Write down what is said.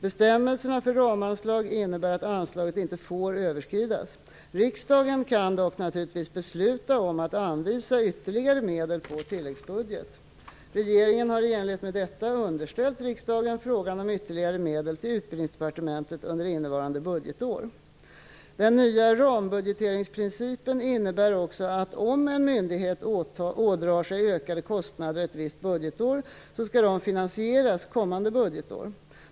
Bestämmelserna för ramanslag innebär att anslaget inte får överskridas. Riksdagen kan dock naturligtvis besluta om att anvisa ytterligare medel på tilläggsbudget. Regeringen har i enlighet med detta underställt riksdagen frågan om ytterligare medel till Utbildningsdepartementet under innevarande budgetår. Den nya rambudgeteringsprincipen innebär också att om en myndighet ådrar sig ökade kostnader ett visst budgetår, skall de finansieras kommande budgetår.